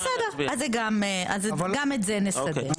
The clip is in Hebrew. בסדר, גם את זה נסדר.